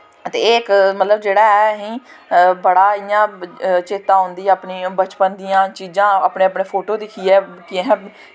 एह् इक जेह्ड़ा ऐ असें बड़ा इ'यां चेत्ता औंदी अपनी बचपन दियां चीजां अपने अपने फोटो दिखियै कि असें